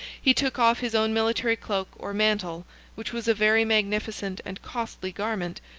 he took off his own military cloak or mantle which was a very magnificent and costly garment,